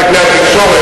הגשתי,